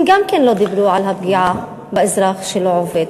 גם הם לא דיברו על הפגיעה באזרח שלא עובד,